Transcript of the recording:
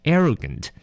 Arrogant